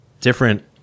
different